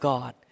God